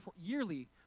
yearly